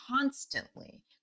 constantly